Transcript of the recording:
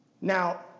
Now